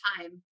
time